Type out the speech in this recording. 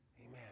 Amen